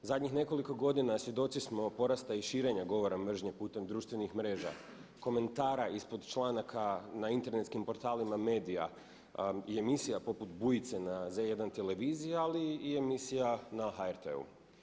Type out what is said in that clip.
Zadnjih nekoliko godina svjedoci smo porasta i širenja govora mržnje putem društvenih mreža, komentara ispod članaka na internetskim portalima medija i emisija poput Bujice na Z1 televiziji ali i emisija na HRT-u.